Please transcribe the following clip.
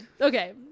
Okay